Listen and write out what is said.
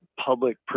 public